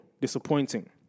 disappointing